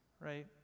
right